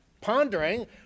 pondering